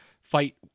fight